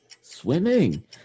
Swimming